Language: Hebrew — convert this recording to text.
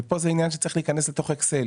ופה זה עניין שצריך להיכנס לתוך אקסל.